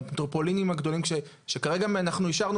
במטרופולינים הגדולים שכרגע אנחנו אישרנו